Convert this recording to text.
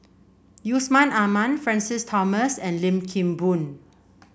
Yusman Aman Francis Thomas and Lim Kim Boon